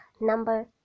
number